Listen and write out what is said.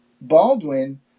Baldwin